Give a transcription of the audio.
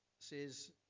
says